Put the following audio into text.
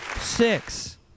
six